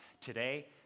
today